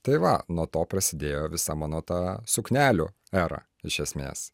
tai va nuo to prasidėjo visa mano ta suknelių era iš esmės